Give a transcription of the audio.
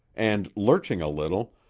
and, lurching a little,